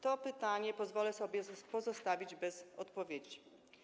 To pytanie pozwolę sobie pozostawić bez odpowiedzi.